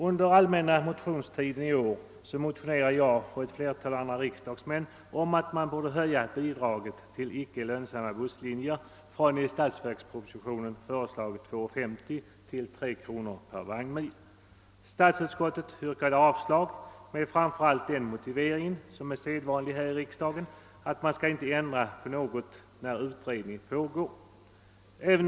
Under den allmänna motionstiden i år motionerade jag och många andra riksdagsmän om att bidraget till icke lönsamma busslinjer borde höjas från i statsverkspropositionen föreslagna 2:50 kr. till 3 kr. per vagnmil. Statsutskottet yrkade avslag med framför allt den här i kammaren vanliga motiveringen, att man inte skall ändra på någonting då utredning pågår.